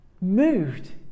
moved